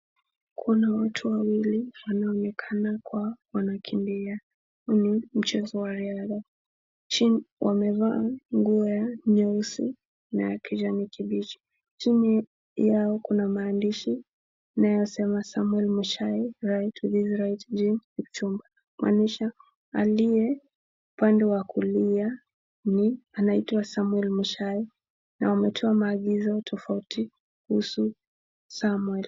Kuna watu wawili wanaonekana kua wanakimbia mchezo wa yala. Wamevaa nguo ya nyeusi na ya kijani kibichi, chini yao kuna maandishi yanayosema Samuel Muchai right with his guide Kipchumba, kumaanisha aliye upande wa kulia anaitwa Samuel Muchai na wametoa maagizo tofauti kuhusu Samuel.